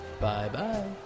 Bye-bye